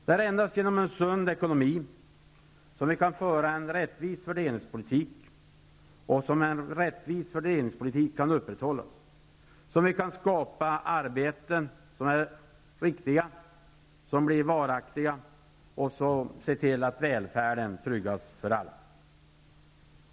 Det är endast med en sund ekonomi som vi kan upprätthålla en rättvis fördelningspolitik, skapa arbeten som är riktiga och varaktiga och se till att välfärden tryggas för alla.